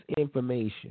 information